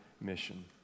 mission